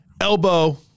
elbow